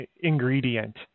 ingredient